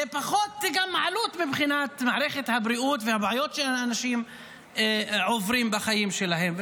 זה פחות עלות מבחינת מערכת הבריאות והבעיות שהאנשים עוברים בחיים שלהם.